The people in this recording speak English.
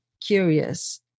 curious